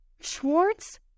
schwartz